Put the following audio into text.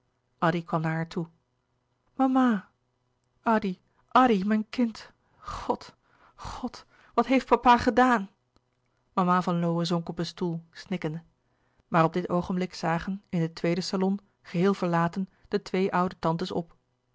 mama addy addy mijn kind god god wat heeft papa gedaan mama van lowe zonk op een stoel snikkende maar op dit oogenblik zagen in den tweeden salon geheel verlaten de twee oude tantes op